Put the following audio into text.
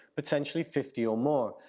potentially fifty or more,